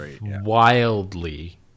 wildly